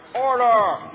Order